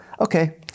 okay